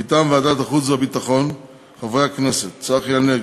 מטעם ועדת החוץ והביטחון: חברי הכנסת צחי הנגבי,